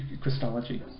Christology